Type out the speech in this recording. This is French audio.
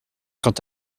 quant